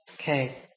okay